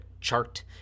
chart